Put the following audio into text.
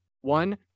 one